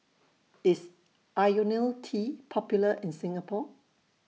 IS Ionil T Popular in Singapore